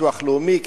ביטוח לאומי,